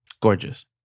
gorgeous